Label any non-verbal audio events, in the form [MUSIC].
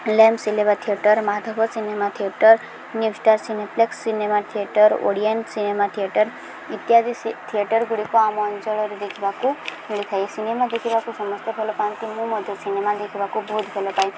[UNINTELLIGIBLE] cinema theatre Madhab cinema theatre new star cineplex cinema theatre Odeon cinema theatre ଇତ୍ୟାଦି ଥିଏଟର୍ଗୁଡ଼ିକ ଆମ ଅଞ୍ଚଳରେ ଦେଖିବାକୁ ମିଳିଥାଏ ସିନେମା ଦେଖିବାକୁ ସମସ୍ତେ ଭଲ ପାଆନ୍ତି ମୁଁ ମଧ୍ୟ ସିନେମା ଦେଖିବାକୁ ବହୁତ ଭଲ ପାଏ